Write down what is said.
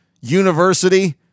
university